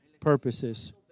purposes